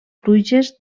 pluges